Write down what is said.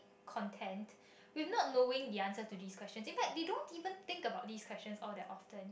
content with not knowing the answer to these questions in fact they don't even think about these questions all that often